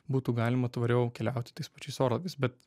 būtų galima tvariau keliauti tais pačiais orlaiviais bet